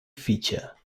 feature